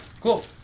Cool